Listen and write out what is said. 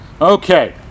Okay